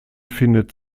findet